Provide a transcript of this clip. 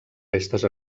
restes